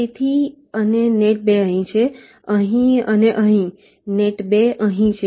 તેથી અને નેટ 2 અહીં છે અહીં અને અહીં નેટ 2 અહીં છે